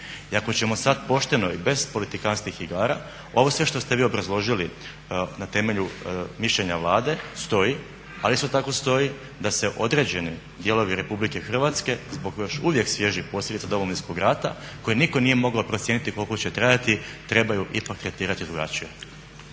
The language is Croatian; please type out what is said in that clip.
ako ćemo sad pošteno i bez politikantskih igara ovo sve što ste vi obrazložili na temelju mišljenja Vlade stoji, ali isto tako stoji da se određeni dijelovi RH zbog još uvijek svježih posljedica Domovinskog rata koje nitko nije mogao procijeniti koliko će trajati trebaju i …/Govornik